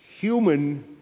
human